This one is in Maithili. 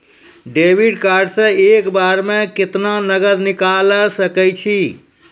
डेबिट कार्ड से एक बार मे केतना नगद निकाल सके छी?